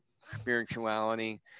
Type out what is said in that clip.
spirituality